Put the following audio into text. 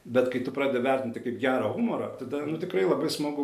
bet kai tu pradedi vertinti kaip gerą humorą tada nu tikrai labai smagu